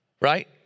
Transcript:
right